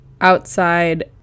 outside